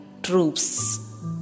troops